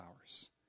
hours